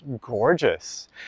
gorgeous